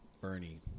Bernie